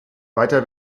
weiter